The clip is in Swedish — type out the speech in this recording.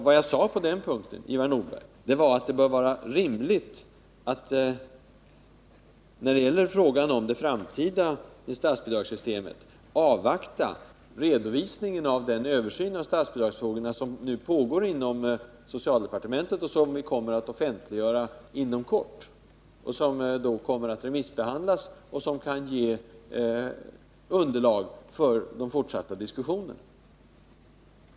Vad jag sade på den punkten, Ivar Nordberg, var att det bör vara rimligt att i fråga om det framtida statsbidragssystemet avvakta redovisningen av den översyn av statsbidragsfrågorna som nu pågår inom socialdepartementet, som vi kommer att offentliggöra inom kort, som då kommer att remissbehandlas och som kan ge underlag för de fortsatta diskussionerna.